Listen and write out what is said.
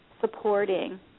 supporting